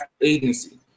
agency